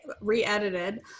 re-edited